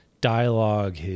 dialogue